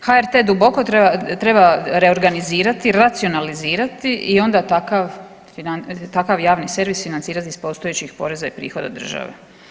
HRT duboko treba reorganizirati, racionalizirati i onda takav javni servis financirati iz postojećih poreza i prihoda države.